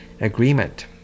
agreement